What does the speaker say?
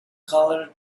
colored